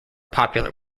popular